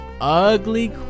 ugly